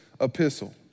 epistle